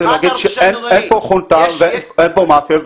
אין פה חונטה ואין פה מאפיה,